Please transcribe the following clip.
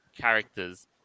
characters